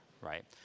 right